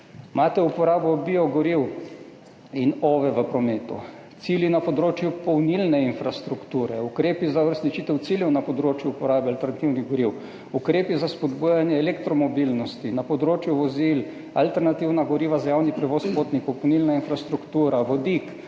imate uporabo biogoriv in OVE v prometu, cilje na področju polnilne infrastrukture, ukrepe za uresničitev ciljev na področju uporabe alternativnih goriv, ukrepe za spodbujanje elektromobilnosti na področju vozil, alternativna goriva za javni prevoz potnikov, polnilno infrastrukturo, vodik,